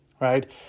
Right